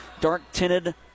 dark-tinted